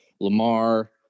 Lamar